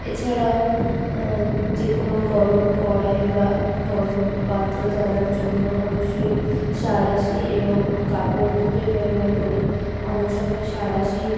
এছাড়াও যে কোনো গরম কড়াই বা গরম পাত্র ধরার জন্য অবশ্যই সাঁড়াশি এবং কাপড় দুটোই ব্যবহার করি অনেক সময় সাঁড়াশির